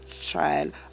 child